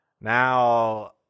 now